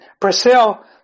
Brazil